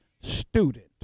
student